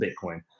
bitcoin